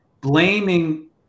blaming